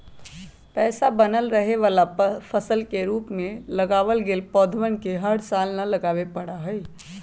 हमेशा बनल रहे वाला फसल के रूप में लगावल गैल पौधवन के हर साल न लगावे पड़ा हई